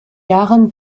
jahren